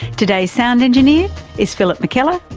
today's sound engineer is phillip mckellar,